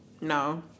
No